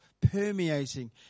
permeating